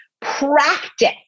Practice